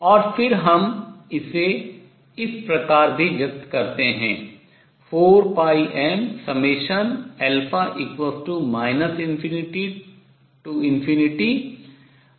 और फिर हम इसे इस प्रकार भी व्यक्त करते हैं 4πm ∞nn